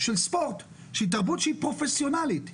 תרבות שהיא פרופסיונלית?